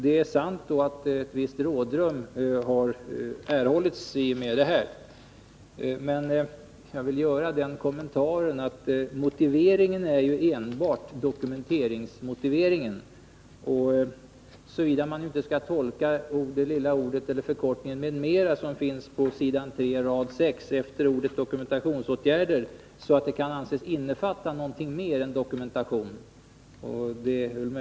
Det är sant att ett visst rådrum har erhållits i och med detta, men jag vill göra den kommentaren att motiveringen enbart gäller dokumentationen —-såvida man inte skall tolka förkortningen m.m., som finns på s. 3 rad 6i det utdelade svaret efter ordet ”dokumentationsåtgärder”, så, att det kan anses innefatta någonting mer än dokumentation.